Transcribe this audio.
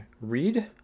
read